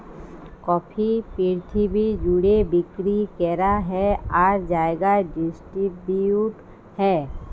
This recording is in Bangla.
কফি পিরথিবি জ্যুড়ে বিক্কিরি ক্যরা হ্যয় আর জায়গায় ডিসটিরিবিউট হ্যয়